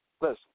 Listen